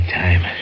time